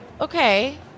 Okay